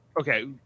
okay